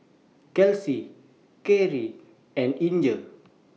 Kelsi Cherrie and Inger